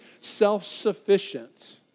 self-sufficient